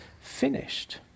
finished